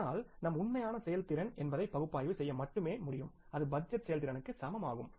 ஆனால் நம் உண்மையான செயல்திறன் என்பதை பகுப்பாய்வு செய்ய மட்டுமே முடியும் அது பட்ஜெட் செயல்திறனுக்கு சமம் ஆகும்